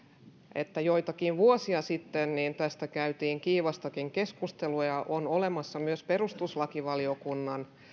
että joitakin vuosia sitten tästä käytiin kiivastakin keskustelua ja on olemassa myös perustuslakivaliokunnan